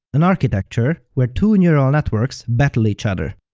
an architecture where two neural networks battle each other.